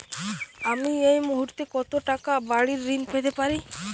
আমি এই মুহূর্তে কত টাকা বাড়ীর ঋণ পেতে পারি?